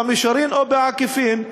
במישרין או בעקיפין,